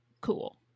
cool